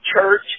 church